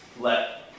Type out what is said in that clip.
let